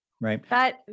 Right